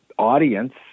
audience